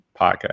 podcast